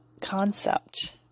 concept